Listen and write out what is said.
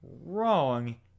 wrong